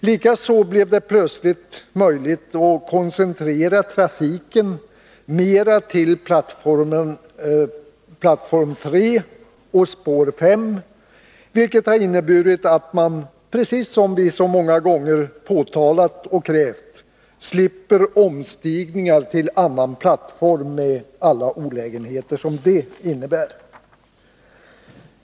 Likaså blev det plötsligt möjligt att koncentrera trafiken mera till plattform 3 och spår 5, vilket har inneburit att man — precis som vi så många gånger krävt — slipper omstigningar till annan plattform med alla de olägenheter som det innebär.